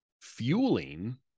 Fueling